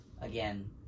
again